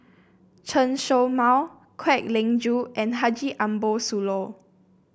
Chen Show Mao Kwek Leng Joo and Haji Ambo Sooloh